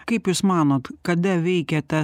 kaip jūs manot kada veikia tas